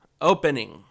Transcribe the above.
opening